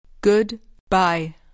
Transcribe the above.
Goodbye